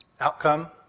outcome